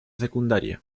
secundaria